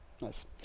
nice